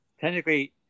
Technically